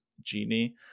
Genie